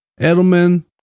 Edelman